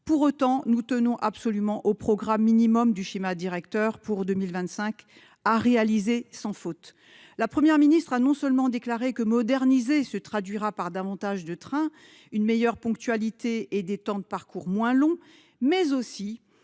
Pour autant, nous tenons absolument au programme minimum du schéma directeur pour 2025, à réaliser sans faute. La Première ministre a déclaré non seulement que « moderniser se traduira par davantage de trains, une meilleure ponctualité et des temps de parcours moins longs », mais aussi